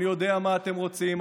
אני יודע מה אתם רוצים,